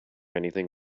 anything